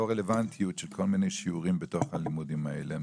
רלוונטיות של כל מיני שיעורים בתוך הלימודים האלה.